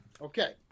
okay